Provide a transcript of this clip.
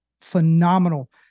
phenomenal